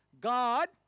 God